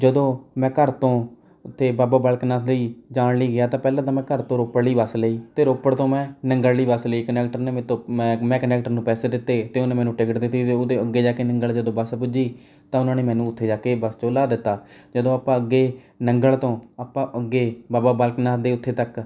ਜਦੋ ਮੈਂ ਘਰ ਤੋਂ ਉਥੇ ਬਾਬਾ ਬਾਲਕ ਨਾਥ ਲਈ ਜਾਣ ਲਈ ਗਿਆ ਜਾਂ ਪਹਿਲਾਂ ਤਾਂ ਮੈਂ ਘਰ ਤੋਂ ਰੋਪੜ ਲਈ ਬੱਸ ਲਈ ਅਤੇ ਰੋਪੜ ਤੋਂ ਮੈਂ ਨੰਗਲ ਲਈ ਬੱਸ ਲਈ ਕੰਨੈਕਟਰ ਨੇ ਮੇਰੇ ਤੋਂ ਮੈਂ ਮੈਂ ਕੰਨੈਕਟਰ ਨੂੰ ਪੈਸੇ ਦਿੱਤੇ ਅਤੇ ਉਹਨੇ ਮੈਨੂੰ ਟਿੱਕਟ ਦਿੱਤੀ ਅਤੇ ਉਹਦੇ ਅੱਗੇ ਜਾ ਕੇ ਨੰਗਲ ਜਦੋਂ ਬੱਸ ਪੁੱਜੀ ਤਾਂ ਉਨ੍ਹਾਂ ਨੇ ਮੈਨੂੰ ਉੱਥੇ ਜਾ ਕੇ ਬੱਸ 'ਚੋਂ ਲਾਹ ਦਿੱਤਾ ਜਦੋਂ ਆਪਾਂ ਅੱਗੇ ਨੰਗਲ ਤੋਂ ਆਪਾਂ ਅੱਗੇ ਬਾਬਾ ਬਾਲਕ ਨਾਥ ਦੇ ਉੱਥੇ ਤੱਕ